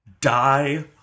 Die